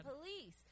police